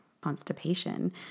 constipation